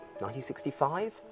1965